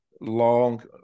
long